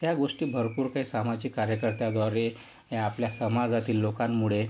ह्यागोष्टी भरपूर काही सामाजिक कार्यकर्त्याद्वारे या आपल्या समाजातील लोकांमुळे